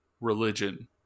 religion